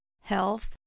health